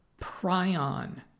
prion